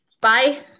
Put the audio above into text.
Bye